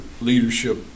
leadership